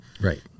right